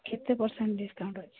କେତେ percent discount ଅଛି